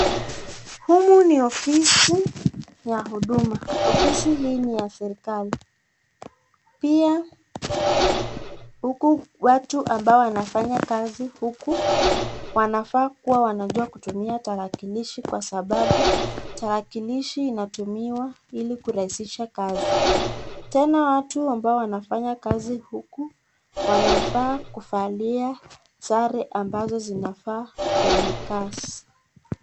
Humu ni ofisi ya huduma, ofisi hii ni ya serekali pia huku watu ambao wanafanya kazi huku wanafaa kuwa wanajua kutumia tarakilishi kwa sababu tarakilishi inatumiwa ili kurahisisha kazi .Tena watu ambao wanafanya kazi huku wanafaa kuvalia sare ambazo zinafaa kwenye kazi.